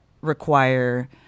require